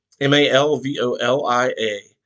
M-A-L-V-O-L-I-A